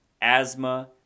asthma